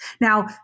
Now